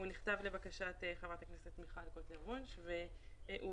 הוא נכתב לבקשת חברת הכנסת מיכל קוטלר וונש והוא